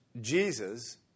Jesus